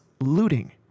looting